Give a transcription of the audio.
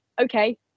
Okay